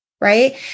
right